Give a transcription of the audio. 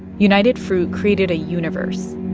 united fruit created a universe,